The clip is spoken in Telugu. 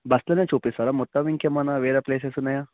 బస్సులోనే చూపిస్తారా మొత్తం ఇంకేమన్నా వేరే ప్లేసెస్ ఉన్నాయా